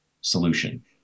solution